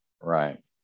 Right